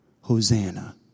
Hosanna